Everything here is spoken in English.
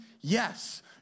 Yes